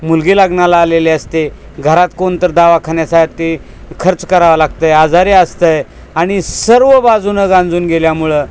मुलगी लग्नाला आलेले असते घरात कोण तरी दावाखान्यास ते खर्च कराव लागतं आहे आजारी असतं आहे आणि सर्व बाजूनं गांजून गेल्यामुळं